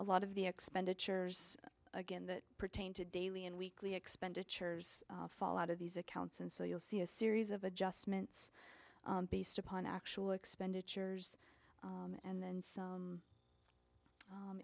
a lot of the expenditures again that pertain to daily and weekly expenditures fall out of these accounts and so you'll see a series of adjustments based upon actual expenditures and then